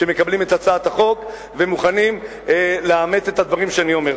שמקבלים את הצעת החוק ומוכנים לאמץ את הדברים שאני אומר.